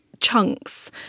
chunks